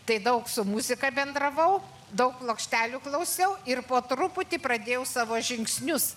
tai daug su muzika bendravau daug plokštelių klausiau ir po truputį pradėjau savo žingsnius